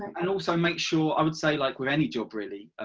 and also make sure, i would say, like with any job really,